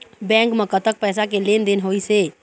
Bank म कतक पैसा के लेन देन होइस हे?